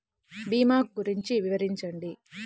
భీమా గురించి వివరించండి?